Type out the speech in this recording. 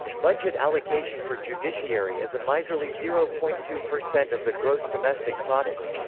budget allocation for judiciary is a miserly zero point two per cent of the gross domestic product.